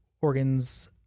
organs